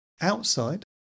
outside